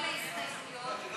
את כל ההסתייגויות אנחנו